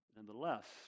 Nonetheless